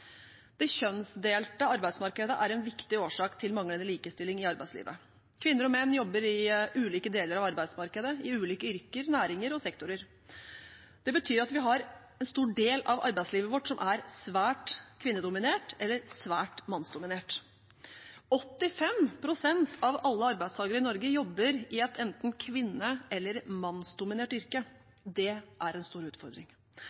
Det kjønnsdelte arbeidsmarkedet er en viktig årsak til manglende likestilling i arbeidslivet. Kvinner og menn jobber i ulike deler av arbeidsmarkedet, i ulike yrker, næringer og sektorer. Det betyr at vi har en stor del av arbeidslivet vårt som er svært kvinnedominert eller svært mannsdominert. 85 pst. av alle arbeidstakere i Norge jobber i et enten kvinne- eller mannsdominert yrke. Det er en stor utfordring.